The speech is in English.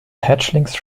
hatchlings